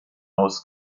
aus